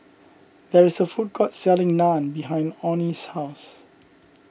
there is a food court selling Naan behind Onie's house